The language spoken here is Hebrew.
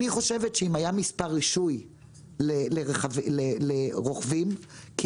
אני חושבת שהיה צריך להיות מספר רישוי לרוכבים כי